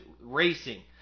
racing